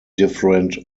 different